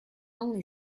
only